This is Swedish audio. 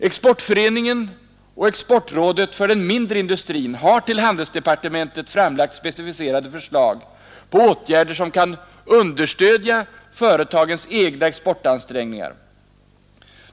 Exportföreningen och exportrådet för den mindre industrin har till handelsdepartementet framlagt specificerade förslag på åtgärder som kan understödja företagens egna exportansträngningar.